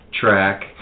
track